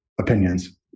opinions